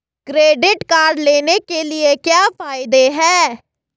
Credit card लेने के क्या फायदे हैं?